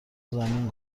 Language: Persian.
زمین